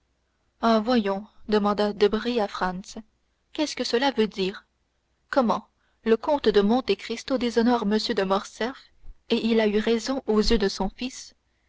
voyons demanda debray à franz qu'est-ce que cela veut dire comment le comte de monte cristo déshonore m de morcerf et il a eu raison aux yeux de son fils